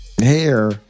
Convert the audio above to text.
Hair